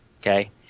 okay